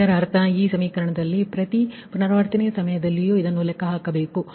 ಇದರರ್ಥ ಈ ಸಮೀಕರಣದಲ್ಲಿ ನೀವು ಪ್ರತಿ ಪುನರಾವರ್ತನೆಯ ಸಮಯದಲ್ಲೂ ಇದನ್ನು ಲೆಕ್ಕ ಹಾಕಬೇಕು